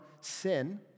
sin